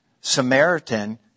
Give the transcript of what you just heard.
Samaritan